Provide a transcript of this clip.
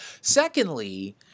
Secondly